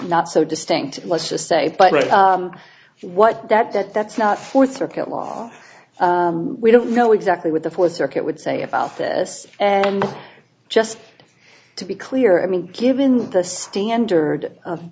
not so distinct let's just say but what that that that's not fourth circuit law we don't know exactly what the fourth circuit would say about this and just to be clear i mean given that the standard